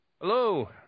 Hello